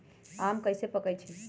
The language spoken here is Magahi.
आम कईसे पकईछी?